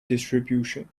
distribution